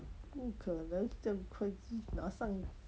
不可能这样块去拿上